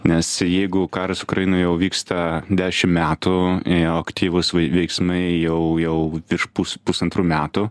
nes jeigu karas ukrainoje jau vyksta dešim metų jo aktyvūs vai veiksmai jau jau virš pus pusantrų metų